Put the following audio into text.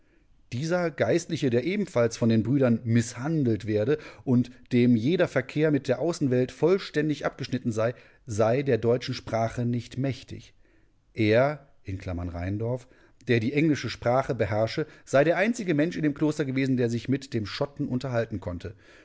dieser geistliche der ebenfalls von den brüdern mißhandelt werde und dem jeder verkehr mit der außenwelt vollständig abgeschnitten sei sei der deutschen sprache nicht mächtig er rheindorf der die englische sprache beherrsche sei der einzige mensch in dem kloster gewesen der sich mit dem schotten unterhalten konnte